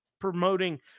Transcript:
promoting